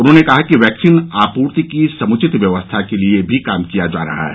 उन्होंने कहा कि वैक्सीन आपूर्ति की समुचित व्यवस्था के लिए भी काम किया जा रहा है